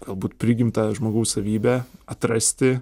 galbūt prigimtą žmogaus savybę atrasti